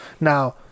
Now